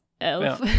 elf